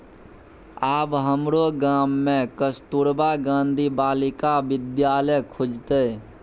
आब हमरो गाम मे कस्तूरबा गांधी बालिका विद्यालय खुजतै